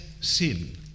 sin